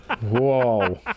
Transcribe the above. Whoa